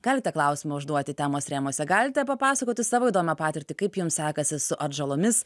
galite klausimą užduoti temos rėmuose galite papasakoti savo įdomią patirtį kaip jums sekasi su atžalomis